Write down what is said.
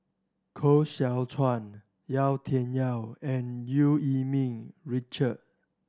Koh Seow Chuan Yau Tian Yau and Eu Yee Ming Richard